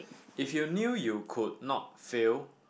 if you knew you could not fail